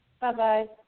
Bye-bye